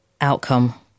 outcome